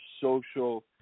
social